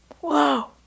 Whoa